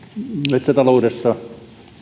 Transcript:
metsätaloudessa